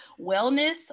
wellness